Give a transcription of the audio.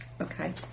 Okay